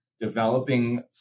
developing